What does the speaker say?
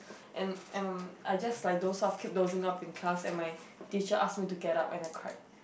and I'm I just like doze off and keep dozing off in class and my teacher asked me to get out and I cried